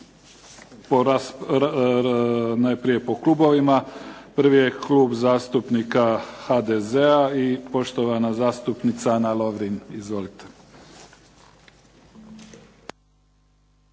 najprije po klubovima. Prvi je Klub zastupnika HDZ-a i poštovana zastupnica Ana Lovrin. Izvolite.